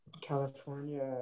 california